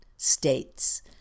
states